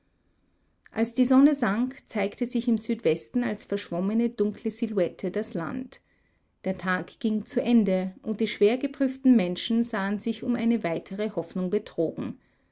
als die sonne sank zeigte sich im südwesten als verschwommene dunkle silhouette das land der tag ging zu ende und die schwer geprüften menschen sahen sich um eine weitere hoffnung betrogen